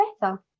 better